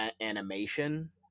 animation